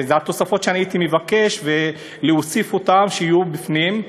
ואלה התוספות שאני הייתי מבקש שיהיו בפנים,